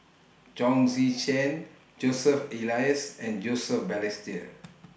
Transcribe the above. Chong Tze Chien Joseph Elias and Joseph Balestier